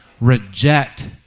reject